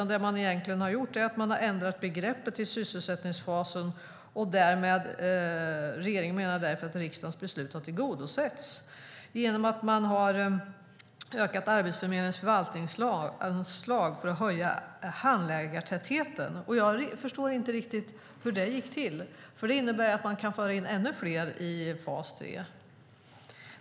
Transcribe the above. Det man egentligen har gjort är att ändra begreppet till sysselsättningsfasen, och regeringen menar att riksdagens beslut har tillgodosetts genom att man har ökat Arbetsförmedlingens förvaltningsanslag för att höja handläggartätheten. Jag förstår inte riktigt hur det gick till, för det innebär att man kan föra in ännu fler i fas 3.